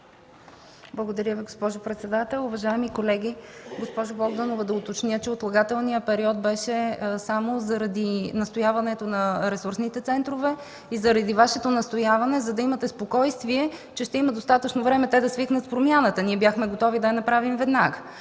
Благодаря Ви, госпожо председател. Уважаеми колеги! Госпожо Богданова, да уточня, че отлагателният период беше само заради настояването на ресурсните центрове и заради Вашето настояване, за да имате спокойствие, че ще има достатъчно време те да свикнат с промяната. Ние бяхме готови да я направим веднага.